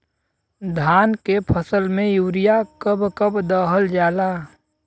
धान के फसल में यूरिया कब कब दहल जाला?